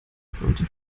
sollte